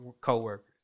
co-workers